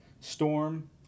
Storm